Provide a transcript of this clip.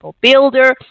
builder